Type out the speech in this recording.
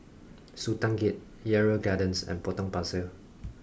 Sultan Gate Yarrow Gardens and Potong Pasir